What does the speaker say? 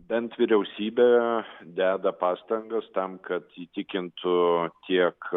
bent vyriausybė deda pastangas tam kad įtikintų tiek